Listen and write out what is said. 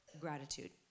gratitude